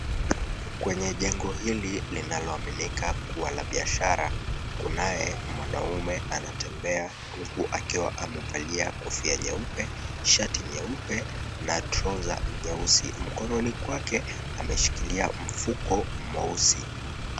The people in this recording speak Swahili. Kwenye jengo hili linaloaminika kuwa la biashara, kunaye mwanaume anatembea huku akiwa amevalia kofia nyeupe, shati nyeupe na trouser nyeusi. Mkononi kwake ameshikilia mfuko mweusi.